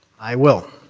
i will.